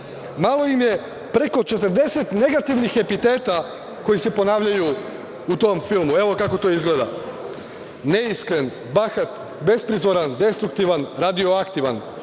Malo im je preko 40 negativnih epiteta koji se ponavljaju u tom filmu. Evo kako to izgleda, neiskren, bahat, besprizoran, destruktivan, radioaktivan,